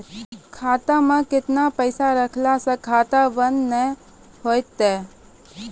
खाता मे केतना पैसा रखला से खाता बंद नैय होय तै?